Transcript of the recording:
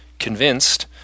convinced